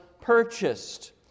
purchased